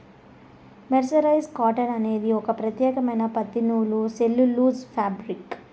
mercerised cotton అనేది ఒక ప్రత్యేకమైన పత్తి నూలు సెల్యులోజ్ ఫాబ్రిక్